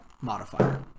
modifier